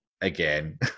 again